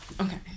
Okay